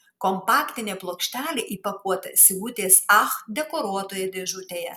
kompaktinė plokštelė įpakuota sigutės ach dekoruotoje dėžutėje